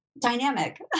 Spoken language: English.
dynamic